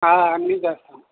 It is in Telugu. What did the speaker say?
అన్నీ చేస్తాం